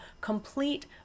complete